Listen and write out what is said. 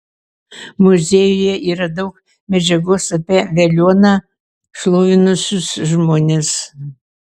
muziejuje yra daug medžiagos apie veliuoną šlovinusius žmones